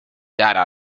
data